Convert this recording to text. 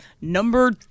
number